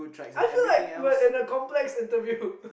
I feel like we are in a complex interview